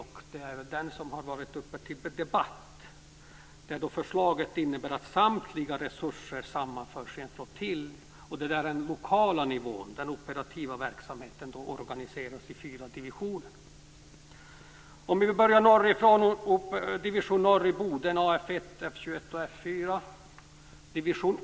Det är den som har varit uppe till debatt. Förslaget innebär att samtliga resurser sammanförs i en flottilj. Den operativa verksamheten på lokal nivå kommer att organiseras i fyra divisioner.